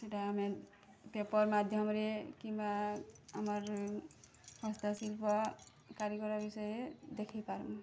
ଏଇଟା ଆମେ ପେପର୍ ମାଧ୍ୟମରେ କିମ୍ୱା ଆମର୍ ହସ୍ତଶିଲ୍ପ କାରିଗର ବିଷୟରେ ଦେଖେଇଁ ପାର୍ମୁଁ